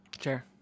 sure